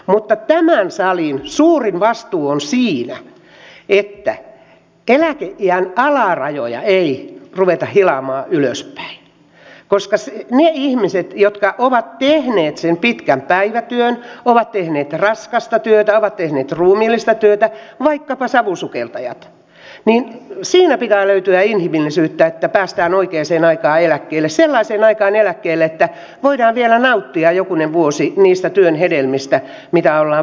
mutta tämän salin suurin vastuu on siinä että eläkeiän alarajoja ei ruveta hilaamaan ylöspäin koska niiden ihmisten kohdalla jotka ovat tehneet sen pitkän päivätyön ovat tehneet raskasta työtä ovat tehneet ruumillista työtä vaikkapa savusukeltajat pitää löytyä inhimillisyyttä että päästään oikeaan aikaan eläkkeelle sellaiseen aikaan eläkkeelle että voidaan vielä nauttia jokunen vuosi sen työn hedelmistä mitä ollaan vuosikaudet tehty